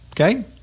Okay